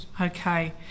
Okay